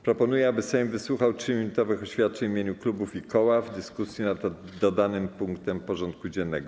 Proponuję, aby Sejm wysłuchał 3-minutowych oświadczeń w imieniu klubów i koła w dyskusji nad dodanym punktem porządku dziennego.